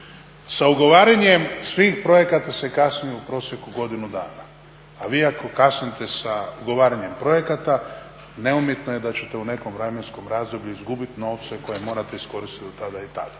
Sa ugovaranjem svih projekata se kasni u prosjeku godinu dana, a vi ako kasnite sa ugovaranjem projekata, … da ćete u nekom vremenskom razdoblju izgubiti novce koje morate iskoristiti do tada i tada.